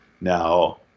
Now